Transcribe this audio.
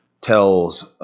tells